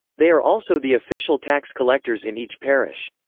they are also the official tax collectors in each parish.